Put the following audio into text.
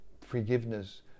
forgiveness